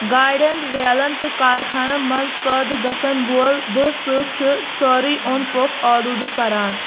گاڑٮ۪ن ریلن تہٕ کارخانن منٛز پٲدٕ گژھن وول دٕہ سۭتۍ چھُ سورُے اوٚنٛد پوٚکھ آلوٗدٕ کران